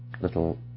little